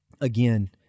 again